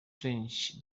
french